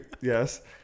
Yes